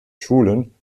schulen